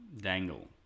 dangle